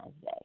Day